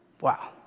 Wow